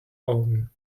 augen